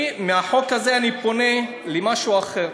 מהחוק הזה אני פונה למשהו אחר.